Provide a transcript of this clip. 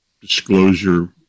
disclosure